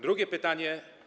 Drugie pytanie.